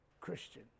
Christian